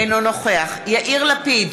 אינו נוכח יאיר לפיד,